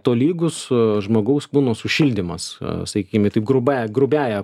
tolygus žmogaus kūno sušildymas saikingai taip grubąją grubiąja